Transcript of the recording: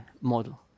model